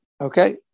Okay